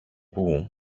πού